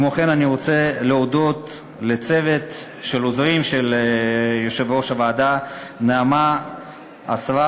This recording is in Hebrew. כמו כן אני רוצה להודות לצוות של עוזרים של יושב-ראש הוועדה: נעמה אסרף,